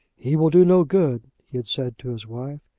he will do no good, he had said to his wife.